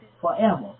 forever